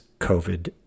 COVID